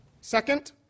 Second